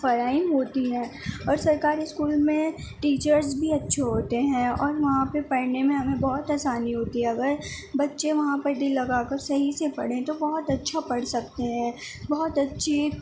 فراہم ہوتی ہیں اور سرکاری اسکول میں ٹیچرس بھی اچھے ہوتے ہیں اور وہاں پہ پڑھنے میں ہمیں بہت آسانی ہوتی ہے اگر بچے وہاں پر دل لگا کر صحیح سے پڑھیں تو بہت اچھا پڑھ سکتے ہیں بہت اچھی